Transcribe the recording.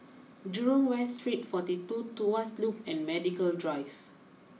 Jurong West Street forty two Tuas Loop and Medical Drive